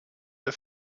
der